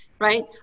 Right